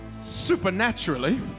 supernaturally